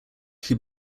who